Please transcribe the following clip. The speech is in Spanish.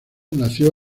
nació